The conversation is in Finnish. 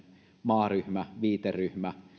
maaryhmä viiteryhmä